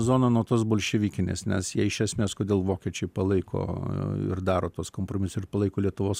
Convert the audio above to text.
zona nuo tos bolševikinės nes jie iš esmės kodėl vokiečiai palaiko ir daro tuos kompromisus ir palaiko lietuvos